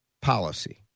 policy